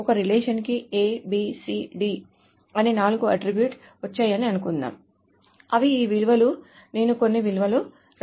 ఒక రిలేషన్ కి A B C D అనే నాలుగు అట్ట్రిబ్యూట్స్ వచ్చాయని అనుకుందాం అవి ఈ విలువలు నేను కొన్ని విలువలను వ్రాస్తాను